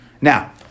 Now